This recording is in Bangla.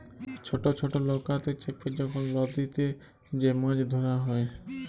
ছট ছট লকাতে চেপে যখল লদীতে যে মাছ ধ্যরা হ্যয়